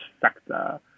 sector